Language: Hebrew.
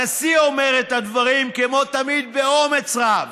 הנשיא אומר את הדברים, כמו תמיד, באומץ רב,